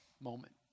moment